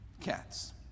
cats